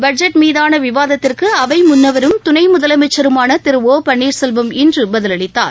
budget மீதான விவாதத்திற்கு அவை முன்னவரும் துணைமுதலமைச்சருமான திரு ஒ பன்னீர்செல்வம் இன்று பதிலளித்தார்